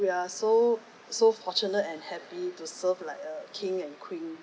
we are so so fortunate and happy to serve like a king and queen